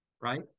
Right